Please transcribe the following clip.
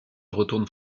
retourne